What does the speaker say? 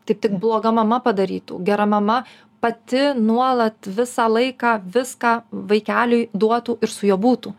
tik tik bloga mama padarytų gera mama pati nuolat visą laiką viską vaikeliui duotų ir su juo būtų